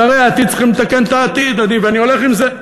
שרי העתיד צריכים לתקן את העתיד, ואני הולך עם זה.